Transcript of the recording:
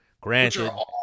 Granted